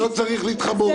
אני לא צריך להתחבא.